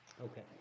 Okay